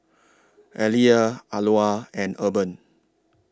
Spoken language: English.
Aliyah Alois and Urban